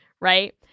right